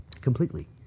completely